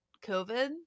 COVID